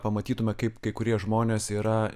pamatytume kaip kai kurie žmonės yra